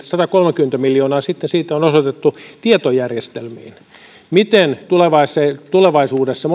satakolmekymmentä miljoonaa on osoitettu tietojärjestelmiin miten tulevaisuudessa